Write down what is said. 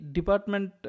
Department